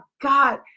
God